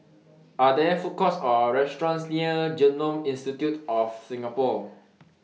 Are There Food Courts Or restaurants near Genome Institute of Singapore